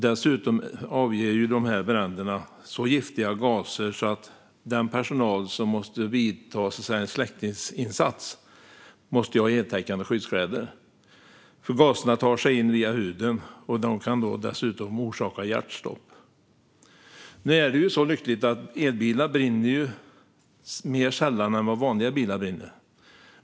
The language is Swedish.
Dessutom avger dessa bränder så giftiga gaser att den personal som gör en släckningsinsats måste ha heltäckande skyddskläder eftersom gaserna tar sig in via huden och dessutom kan orsaka hjärtstopp. Nu är det så lyckligt att elbilar brinner mer sällan än vanliga bilar.